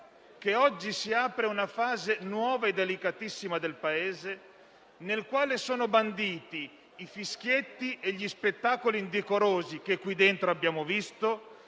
che oggi si apre una fase nuova e delicatissima del Paese, nel quale sono banditi i fischietti e gli spettacoli indecorosi, che qui dentro abbiamo visto,